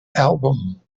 album